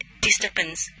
disturbance